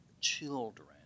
children